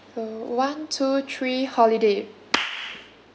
so one two three holiday